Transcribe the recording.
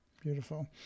Beautiful